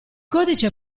codice